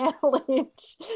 challenge